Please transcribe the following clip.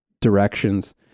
directions